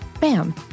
bam